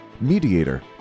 mediator